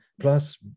plus